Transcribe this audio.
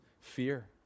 fear